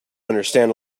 understand